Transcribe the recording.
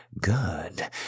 good